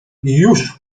już